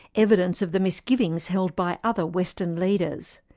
evidence of the misgivings held by other western leaders.